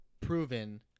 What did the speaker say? proven